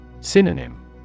Synonym